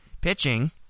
Pitching